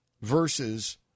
versus